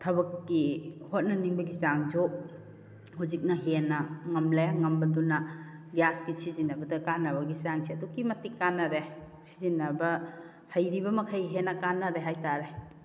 ꯊꯕꯛꯀꯤ ꯍꯣꯠꯅꯅꯤꯡꯕꯒꯤ ꯆꯥꯡꯁꯨ ꯍꯧꯖꯤꯛꯅ ꯍꯦꯟꯅ ꯉꯝꯂꯦ ꯉꯝꯕꯗꯨꯅ ꯒ꯭ꯌꯥꯁꯀꯤ ꯁꯤꯖꯤꯟꯅꯕꯗ ꯀꯥꯟꯅꯕꯒꯤ ꯆꯥꯡꯁꯦ ꯑꯗꯨꯛꯀꯤ ꯃꯇꯤꯛ ꯀꯥꯟꯅꯔꯦ ꯁꯤꯖꯤꯟꯅꯕ ꯍꯩꯔꯤꯕ ꯃꯈꯩ ꯍꯦꯟꯅ ꯀꯥꯟꯅꯔꯦ ꯍꯥꯏꯇꯥꯔꯦ